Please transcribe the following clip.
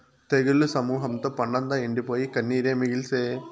తెగుళ్ల సమూహంతో పంటంతా ఎండిపోయి, కన్నీరే మిగిల్సే